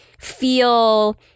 feel